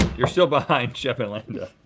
you're still behind shep and lando.